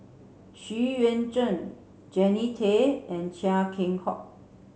Xu Yuan Zhen Jannie Tay and Chia Keng Hock